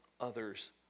others